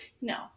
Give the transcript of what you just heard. No